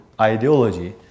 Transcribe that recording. ideology